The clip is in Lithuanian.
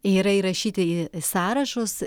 yra įrašyti į sąrašus